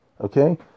Okay